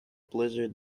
blizzard